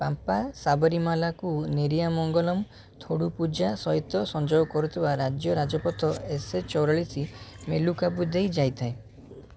ପାମ୍ପା ସାବରିମାଲାକୁ ନେରିଆମଙ୍ଗଲମ ଥୋଡ଼ୁପୁଜା ସହିତ ସଂଯୋଗ କରୁଥିବା ରାଜ୍ୟ ରାଜପଥ ଏସ୍ ଏଚ୍ ଚଉରାଳିଶ ମେଲୁକାଭୁ ଦେଇଯାଇଥାଏ